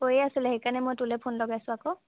কৈয়ে আছিলে সেইকাৰণে মই তোলৈ ফোন লগাইছো আকৌ